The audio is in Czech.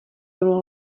bylo